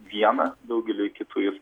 vieną daugelyje kitų jis